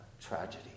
tragedy